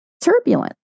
turbulent